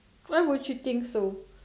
where would you think so